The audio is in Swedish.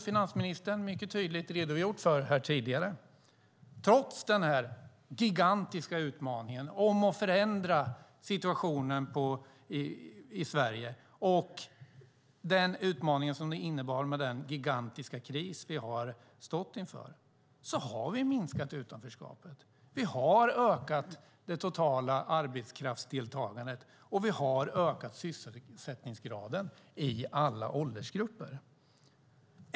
Finansministern redogjorde tydligt för det tidigare. Trots den gigantiska utmaningen att förändra situationen i Sverige under rådande kris har vi minskat utanförskapet. Vi har ökat det totala arbetskraftsdeltagandet, och vi har ökat sysselsättningsgraden i alla åldersgrupper.